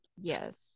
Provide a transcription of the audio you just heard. yes